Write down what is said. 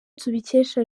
tubikesha